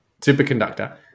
superconductor